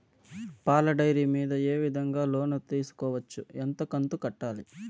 పాల డైరీ మీద ఏ విధంగా లోను తీసుకోవచ్చు? ఎంత కంతు కట్టాలి?